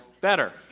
better